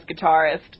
guitarist